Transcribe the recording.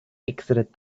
exited